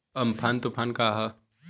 Amphan तुफान का ह?